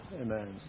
Amen